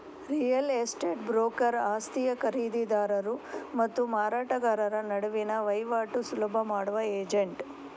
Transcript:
real estate broker ಆಸ್ತಿಯ ಖರೀದಿದಾರರು ಮತ್ತು ಮಾರಾಟಗಾರರ ನಡುವಿನ ವೈವಾಟು ಸುಲಭ ಮಾಡುವ ಏಜೆಂಟ್